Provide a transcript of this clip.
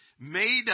made